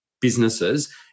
businesses